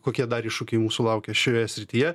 kokie dar iššūkiai mūsų laukia šioje srityje